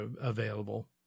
available